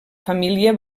família